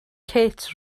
kate